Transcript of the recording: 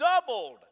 doubled